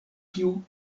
kiu